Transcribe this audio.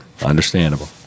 Understandable